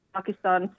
Pakistan